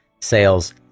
sales